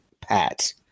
Pat